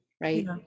right